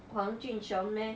黄俊雄 meh